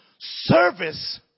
service